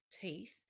teeth